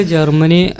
Germany